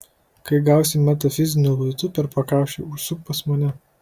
kai gausi metafiziniu luitu per pakaušį užsuk pas mane